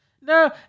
No